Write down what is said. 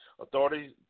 Authorities